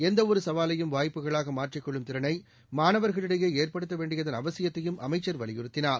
எந்த ஒரு சவாலையும் வாய்ப்புகளாக மாற்றிக் கொள்ளும் திறனை மாணவர்களிடையே ஏற்படுத்த வேண்டியதன் அவசியத்தையும் அமைச்சர் வலியுறுத்தினார்